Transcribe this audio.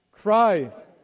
Christ